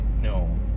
no